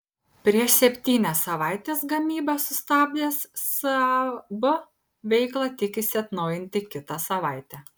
prieš septynias savaites gamybą sustabdęs saab veiklą tikisi atnaujinti kitą savaitę